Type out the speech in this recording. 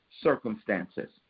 circumstances